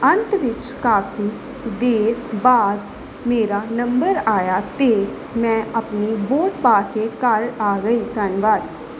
ਅੰਤ ਵਿੱਚ ਕਾਫੀ ਦੇਰ ਬਾਅਦ ਮੇਰਾ ਨੰਬਰ ਆਇਆ ਅਤੇ ਮੈਂ ਆਪਣੀ ਵੋਟ ਪਾ ਕੇ ਘਰ ਆ ਗਈ ਧੰਨਵਾਦ